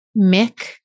Mick